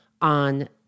on